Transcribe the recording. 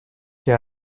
και